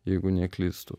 jeigu neklystu